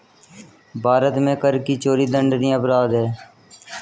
भारत में कर की चोरी दंडनीय अपराध है